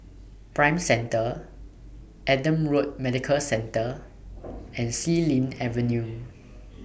Prime Centre Adam Road Medical Centre and Xilin Avenue